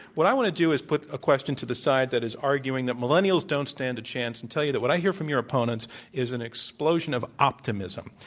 what i want to do is put a question to the side that is arguing that millennials don't stand a chance, and tell you that what i hear from your opponents is an explosion of optimism.